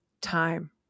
Time